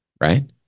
Right